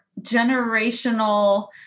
generational